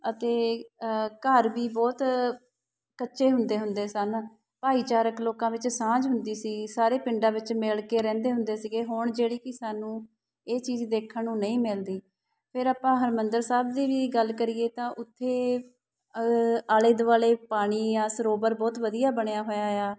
ਅਤੇ ਘਰ ਵੀ ਬਹੁਤ ਕੱਚੇ ਹੁੰਦੇ ਹੁੰਦੇ ਸਨ ਭਾਈਚਾਰਕ ਲੋਕਾਂ ਵਿੱਚ ਸਾਂਝ ਹੁੰਦੀ ਸੀ ਸਾਰੇ ਪਿੰਡਾਂ ਵਿੱਚ ਮਿਲ ਕੇ ਰਹਿੰਦੇ ਹੁੰਦੇ ਸੀਗੇ ਹੁਣ ਜਿਹੜੀ ਕਿ ਸਾਨੂੰ ਇਹ ਚੀਜ਼ ਦੇਖਣ ਨੂੰ ਨਹੀਂ ਮਿਲਦੀ ਫਿਰ ਆਪਾਂ ਹਰਿਮੰਦਰ ਸਾਹਿਬ ਦੀ ਵੀ ਗੱਲ ਕਰੀਏ ਤਾਂ ਉੱਥੇ ਆਲੇ ਦੁਆਲੇ ਪਾਣੀ ਆ ਸਰੋਵਰ ਬਹੁਤ ਵਧੀਆ ਬਣਿਆ ਹੋਇਆ ਆ